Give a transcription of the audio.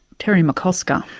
terry mccosker.